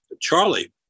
Charlie